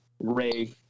Ray